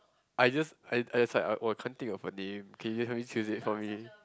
I just I I just like oh can't think of a name can you help me choose it for me